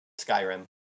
skyrim